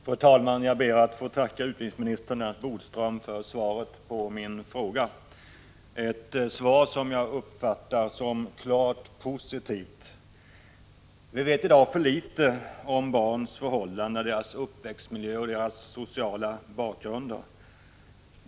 Fru talman! Jag ber att få tacka utbildningsminister Lennart Bodström för svaret på min fråga, ett svar som jag uppfattar som klart positivt. Vi vet i dag för litet om barns förhållanden, deras uppväxtmiljö och deras sociala bakgrunder.